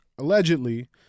allegedly